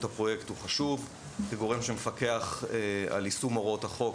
הפרויקט הוא חשוב כגורם שמפקח על יישום הוראות החוק.